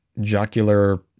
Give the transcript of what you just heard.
jocular